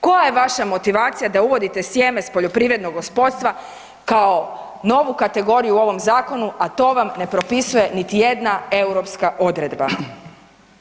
Koja je vaša motivacija da uvodite sjeme s poljoprivrednog gospodstva kao novu kategoriju u ovom zakonu, a to vam ne propisuje niti jedna europska odredba?